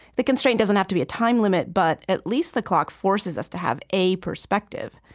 the constraint doesn't have to be a time limit but at least the clock forces us to have a perspective.